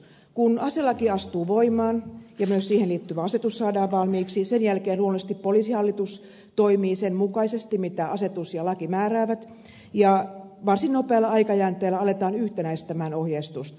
kun aselaki astuu voimaan ja myös siihen liittyvä asetus saadaan valmiiksi sen jälkeen luonnollisesti poliisihallitus toimii sen mukaisesti mitä asetus ja laki määräävät ja varsin nopealla aikajänteellä aletaan yhtenäistää ohjeistusta